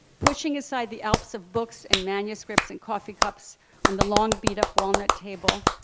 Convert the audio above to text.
pushing aside the alps of books and manuscripts and coffee cups on the long, beat-up walnut table.